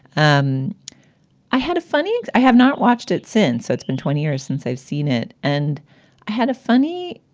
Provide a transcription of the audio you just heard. um i had a funny. i have not watched it since. it's been twenty years since i've seen it. and i had a funny.